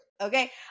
Okay